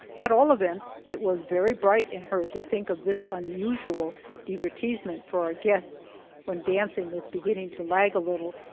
at all events, it was very bright in her to think of this unusual divertissement for our guests when dancing was beginning to lag a little.